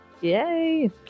Yay